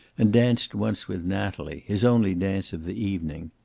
and danced once with natalie, his only dance of the evening.